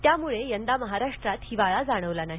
त्यामुळे यंदा महाराष्ट्रात हिवाळा जाणवला नाही